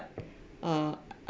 uh